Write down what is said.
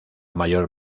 mayor